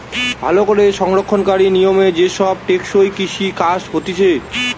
ভালো করে সংরক্ষণকারী নিয়মে যে সব টেকসই কৃষি কাজ হতিছে